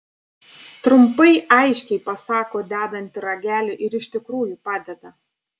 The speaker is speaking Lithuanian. trumpai aiškiai pasako dedanti ragelį ir iš tikrųjų padeda